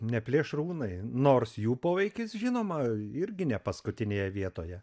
ne plėšrūnai nors jų poveikis žinoma irgi ne paskutinėje vietoje